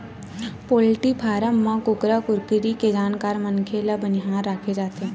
poultry farm म कुकरा कुकरी के जानकार मनखे ल बनिहार राखे जाथे